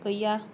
गैया